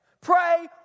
Pray